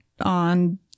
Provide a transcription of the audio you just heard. on